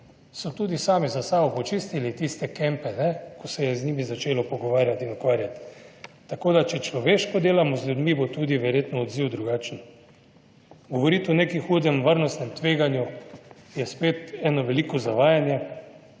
so tudi sami za sabo počistili tiste kampe, ko se je z njimi začelo pogovarjati in ukvarjati. Tako, da če človeško delamo z ljudmi, bo tudi verjetno odziv drugačen. Govoriti o nekem hudem varnostnem tveganju je spet eno veliko zavajanje,